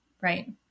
right